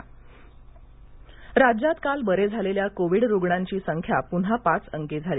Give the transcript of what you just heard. राज्य कोविड राज्यात काल बरे झालेल्या कोविड रुग्णांची संख्या पुन्हा पाच अंकी झाली